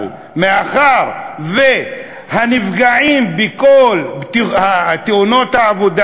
אבל מאחר שהנפגעים בכל תאונות העבודה